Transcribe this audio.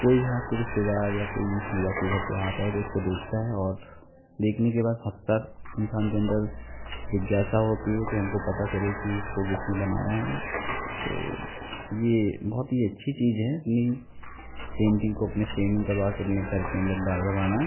कोई भी आपके रिश्तेदार या कोई वी आइ पी घर पे आता है तो उसको देखता है और देखने के बाद अक्सर इंसान के अंदर जिज्ञासा होती है कि हमको पता चले कि इसको किसने बनाया है तो ये बहुत ही अच्छी चीज है अपनी पेन्टिंग को अपने फ़्रेमिंग करवा के अपने घर के अंदर डाल लगाना